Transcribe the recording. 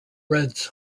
reds